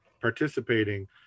participating